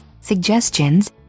suggestions